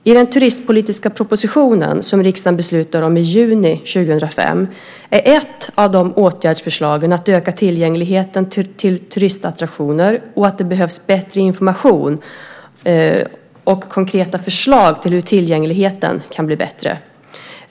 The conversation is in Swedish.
I den turistpolitiska propositionen, som riksdagen beslutade om i juni 2005, är ett av åtgärdsförslagen att öka tillgängligheten till turistattraktioner och att det behövs bättre information om och konkreta förslag till hur tillgängligheten kan bli bättre.